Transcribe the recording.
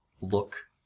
look